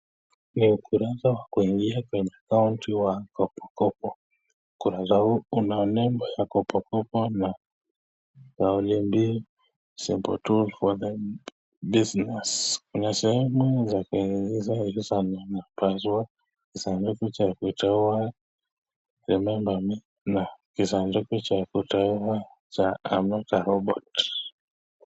Hii ni ukurasa wa kuingia kwenye account wa kopokopo. Ukurasa huu una nembo ya kopokopo na maneno simple tools for growing business . Kuna sehemu za kuingiza username na password . Kisanduku cha kuchekiwa remember me na kisanduku cha kuchekiwa cha I am not a robot .